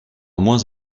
moins